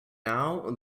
now